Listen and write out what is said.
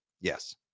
Yes